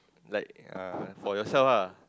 like uh for yourself ah